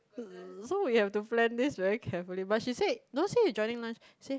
so we had to plan this very carefully but she said not said you joining lunch